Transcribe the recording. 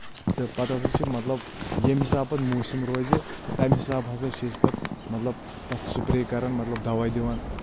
تہٕ پتہٕ ہسا چھِ مطلب ییٚمہِ حِسابہٕ پتہٕ موٗسِم روزِ تَمہِ حِسابہٕ ہسا چھِ أسۍ پتہٕ مطلب تتھ سپرٛے کران مطلب دوہ دِوان